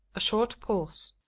a short pause.